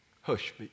hush